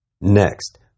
Next